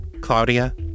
Claudia